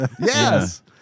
Yes